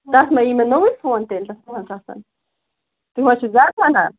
تتھ ما یی مےٚ نوٚے فون تیٚلہِ وُہَن ساسَن تُہۍ ما حظ چھِ زیادٕ وَنان